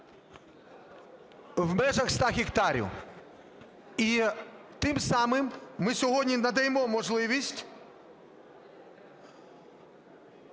в межах 100 гектарів. І тим самим ми сьогодні надаємо можливість